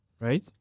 right